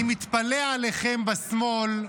אני מתפלא עליכם בשמאל.